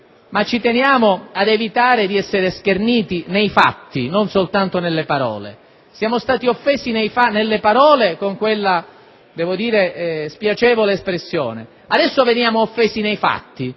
ma ci teniamo ad evitare di essere scherniti nei fatti, non soltanto nelle parole. Siamo stati offesi nelle parole con quella spiacevole espressione; adesso veniamo offesi nei fatti